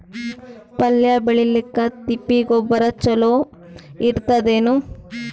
ಪಲ್ಯ ಬೇಳಿಲಿಕ್ಕೆ ತಿಪ್ಪಿ ಗೊಬ್ಬರ ಚಲೋ ಇರತದೇನು?